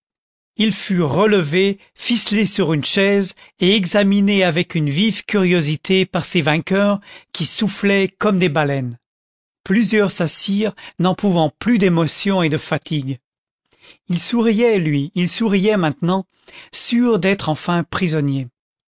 il fut relevé ficelé sur une chaise et examiné avec une vive curiosité par ses vainqueurs qui soufflaient comme des baleines plusieurs s'assirent n'en pouvant plus d'émotion et de fatigue il souriait lui il souriait maintenant sûr d'être enfin prisonnier